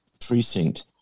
precinct